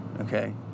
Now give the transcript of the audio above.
okay